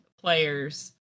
players